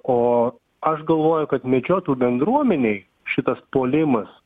o aš galvoju kad medžiotojų bendruomenei šitas puolimas